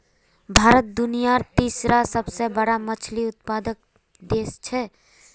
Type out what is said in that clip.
भारत दुनियार तीसरा सबसे बड़ा मछली उत्पादक देश छे